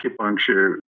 acupuncture